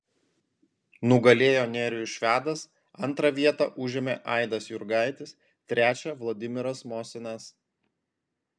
nugalėjo nerijus švedas antrą vietą užėmė aidas jurgaitis trečią vladimiras mosinas